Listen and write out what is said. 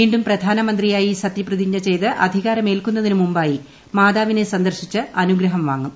വീണ്ടും പ്രധാനമന്ത്രിയായി സത്യപ്രതിജ്ഞ ചെയ്ത് അധികാര മേൽക്കുന്നതിന് മുമ്പായി മാതാവിനെ സന്ദർശിച്ച് അനുഗ്രഹം വാങ്ങും